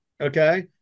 okay